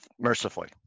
mercifully